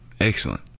excellent